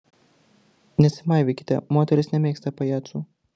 nesimaivykite moterys nemėgsta pajacų